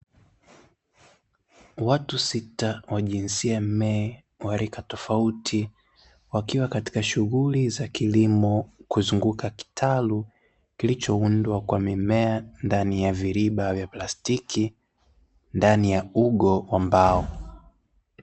Watu sita wa jinsia "me" wa rika tofauti, wakiwa katika shughuli za kilimo kuzunguka kitalu kilichoundwa kwa mimea ndani ya viriba vya plastiki, ndani ya ugo wa mbao.